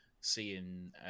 seeing